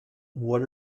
what